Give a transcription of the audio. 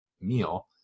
meal